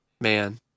man